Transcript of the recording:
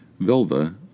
Velva